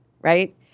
right